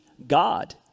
God